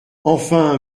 enfin